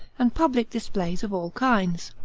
and public displays of all kinds.